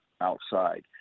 outside